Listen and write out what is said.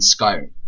Skyrim